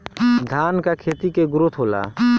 धान का खेती के ग्रोथ होला?